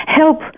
help